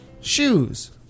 shoes